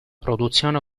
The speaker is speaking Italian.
produzione